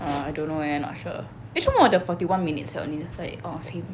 uh I don't know leh not sure actually 我的 forty one minutes only that's like I was asking